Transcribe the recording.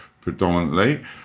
predominantly